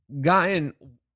gotten